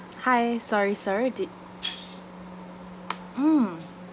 hi sorry sir did mmhmm